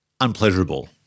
Unpleasurable